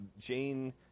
Jane